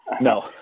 No